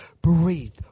Breathe